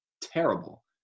terrible